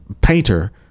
painter